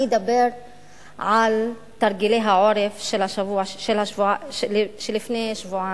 אני אדבר על תרגיל העורף שהיה לפני שבועיים.